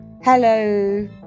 hello